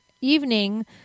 evening